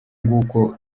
nguko